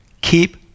Keep